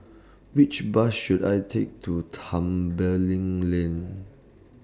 Which Bus should I Take to Tembeling Lane